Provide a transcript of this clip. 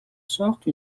sorte